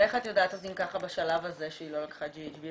איך את יודעת בשלב הזה שהיא לא לקחה את הסם או